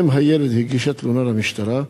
אם הילד הגישה תלונה למשטרה.